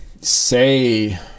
say